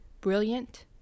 brilliant—